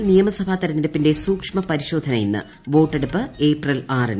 കേരളം നിയമസഭാ തെരഞ്ഞെടുപ്പിന്റെ സൂക്ഷ്മപരിശോധന ഇന്ന് വോട്ടെടുപ്പ് ഏപ്രിൽ ആറിന്